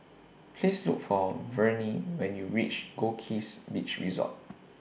Please Look For Vernie when YOU REACH Goldkist Beach Resort